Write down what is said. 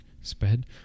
sped